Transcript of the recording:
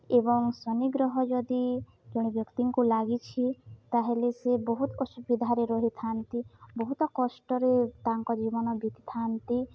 ଏବଂ ଶନି ଗ୍ରହ ଯଦି ଜଣେ ବ୍ୟକ୍ତିଙ୍କୁ ଲାଗିଛି ତାହେଲେ ସେ ବହୁତ ଅସୁବିଧାରେ ରହିଥାନ୍ତି ବହୁତ କଷ୍ଟରେ ତାଙ୍କ ଜୀବନ ବିତିଥାନ୍ତି